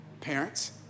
parents